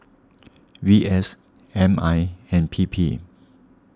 V S M I and P P